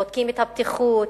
בודקים את הבטיחות,